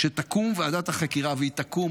כשתקום ועדת החקירה, והיא תקום.